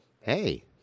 hey